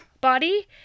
body